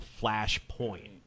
Flashpoint